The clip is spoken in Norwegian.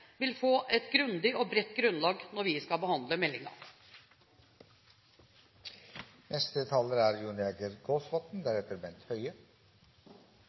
vil få et grundig og bredt grunnlag når vi skal behandle meldingen. Det er